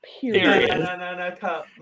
Period